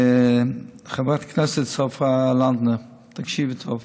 חברת הכנסת סופה לנדבר, תקשיבי טוב.